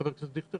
חבר הכנסת דיכטר,